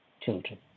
children